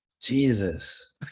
Jesus